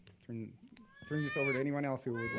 turn turn this over to anyone else who would